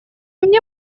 мне